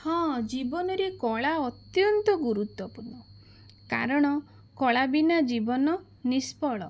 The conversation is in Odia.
ହଁ ଜୀବନରେ କଳା ଅତ୍ୟନ୍ତ ଗୁରୁତ୍ଵପୂର୍ଣ୍ଣ କାରଣ କଳା ବିନା ଜୀବନ ନିଷ୍ଫଳ